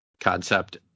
concept